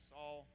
Saul